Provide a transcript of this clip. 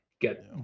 get